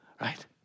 Right